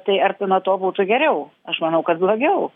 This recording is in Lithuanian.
tai ar tai nuo to būtų geriau aš manau kad blogiau